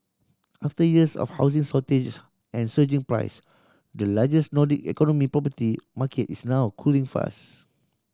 after years of housing shortages and surging price the largest Nordic economy property market is now cooling fast